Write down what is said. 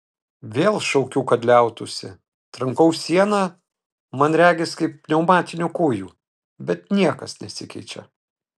vėl šaukiu kad liautųsi trankau sieną man regis kaip pneumatiniu kūju bet niekas nesikeičia